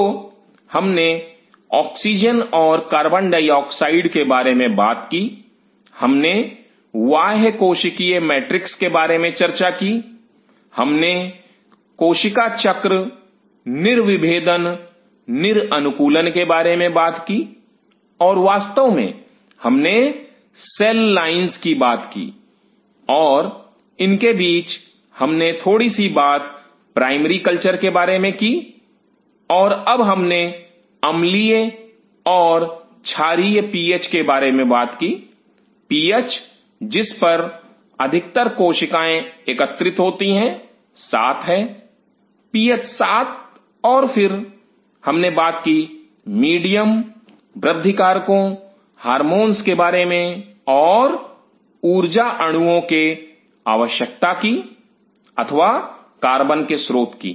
तो हमने ऑक्सीजन और कार्बन डाइऑक्साइड के बारे में बात की हमने बाह्य कोशिकीय मैट्रिक्स के बारे में चर्चा की हमने कोशिका चक्र निर्विभेदन निर अनुकूलन के बारे में बात की और वास्तव में हमने सेल लाइंस की बात की और इनके बीच हमने थोड़ी सी बात प्राइमरी कल्चर के बारे में की और अब हमने अम्लीय और छारीय पीएच के बारे में बात की पीएच जिस पर अधिकतर कोशिकाएं एकत्रित होती हैं 7 है पीएच 7 और फिर हमने बात की मीडियम वृद्धि कारकों हारमोंस के बारे में और ऊर्जा अणुओ के आवश्यकता की अथवा कार्बन के स्रोत की